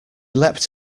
leapt